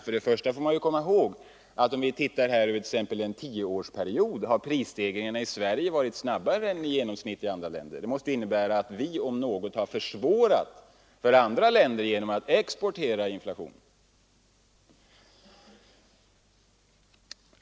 Först och främst får man komma ihåg att exempelvis under den senaste tioårsperioden har prisstegringarna i Sverige varit snabbare än genomsnittligt i andra länder. Det måste innebära att vi snarare har försvårat det ekonomiska läget för andra länder genom att exportera inflation.